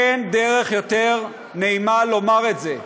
אין דרך יותר נעימה לומר את זה: